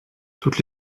toutes